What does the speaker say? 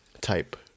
Type